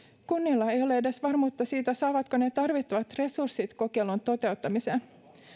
kunnilla ei ole edes varmuutta siitä saavatko ne tarvittavat resurssit kokeilun toteuttamiseen